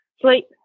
sleep